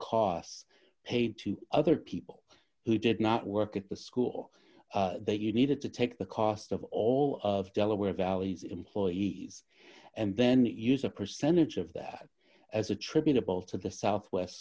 costs paid to other people who did not work at the school that you needed to take the cost of all of delaware valley's employees and then use a percentage of that as attributable to the southwest